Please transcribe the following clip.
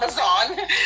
amazon